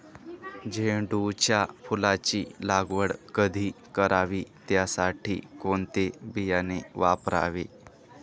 झेंडूच्या फुलांची लागवड कधी करावी? त्यासाठी कोणते बियाणे वापरावे?